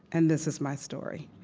and this is my story.